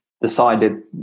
decided